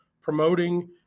promoting